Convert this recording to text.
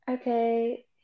okay